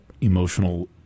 emotional